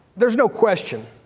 there's no question,